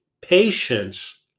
Patience